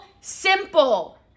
simple